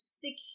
six